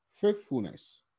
faithfulness